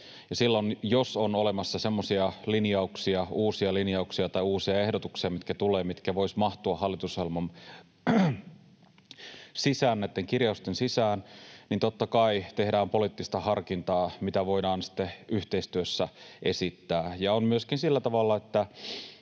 linjauksia, uusia linjauksia tai uusia ehdotuksia, mitkä tulevat ja mitkä voisivat mahtua hallitusohjelman sisään, näitten kirjausten sisään, niin totta kai tehdään poliittista harkintaa, mitä voidaan sitten yhteistyössä esittää.